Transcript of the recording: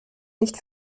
nicht